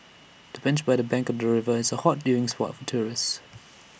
the bench by the bank of the river is A hot viewing spot for tourists